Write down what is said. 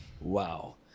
Wow